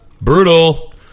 Brutal